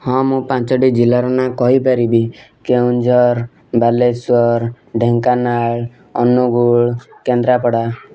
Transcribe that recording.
ହଁ ମୁଁ ପାଞ୍ଚଟି ଜିଲ୍ଲାର ନାଁ କହିପାରିବି କେଉଁଝର ବାଲେଶ୍ୱର ଢେଙ୍କାନାଳ ଅନୁଗୁଳ କେନ୍ଦ୍ରାପଡ଼ା